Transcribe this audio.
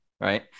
Right